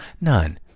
None